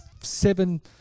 seven